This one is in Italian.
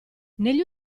negli